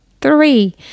three